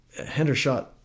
Hendershot